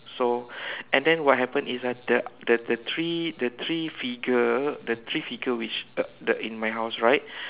so and then what happened is ah the the the three the three figure the three figure which uh the in my house right